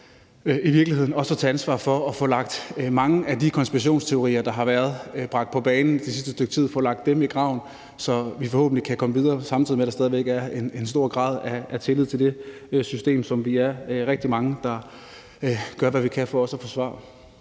i virkeligheden også om at tage ansvar for at få lagt mange af de konspirationsteorier, der har været bragt på bane det sidste stykke tid, i graven, så vi forhåbentlig kan komme videre, samtidig med at der stadig væk er en stor grad af tillid til det system, som vi er rigtig mange der gør hvad vi kan for også at forsvare.